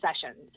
sessions